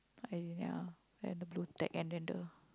I ya and the blue tag and then the